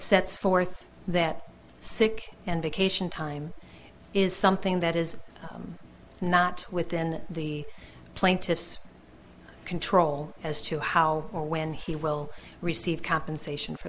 sets forth that sick and vacation time is something that is not within the plaintiff's control as to how or when he will receive compensation for